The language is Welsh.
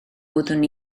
wyddwn